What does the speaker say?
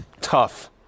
tough